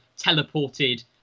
teleported